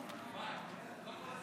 אי-אמון